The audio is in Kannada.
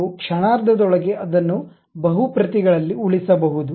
ನೀವು ಕ್ಷಣಾರ್ಧದೊಳಗೆ ಅದನ್ನು ಬಹು ಪ್ರತಿಗಳಲ್ಲಿ ಉಳಿಸಬಹುದು